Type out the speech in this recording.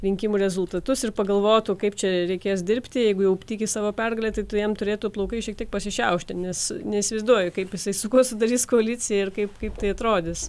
rinkimų rezultatus ir pagalvotų kaip čia reikės dirbti jeigu jau tiki savo pergale tai jam turėtų plaukai šiek tiek pasišiaušti nes neįsivaizduoju kaip jisai su kuo sudarys koaliciją ir kaip kaip tai atrodys